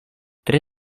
tre